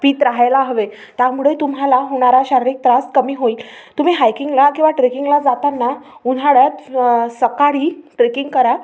पीत राहायला हवे त्यामुळे तुम्हाला होणारा शारीरिक त्रास कमी होईल तुम्ही हायकिंगला किंवा ट्रेकिंगला जाताना उन्हाळ्यात सकाळी ट्रेकिंग करा